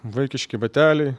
vaikiški bateliai